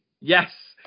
Yes